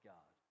God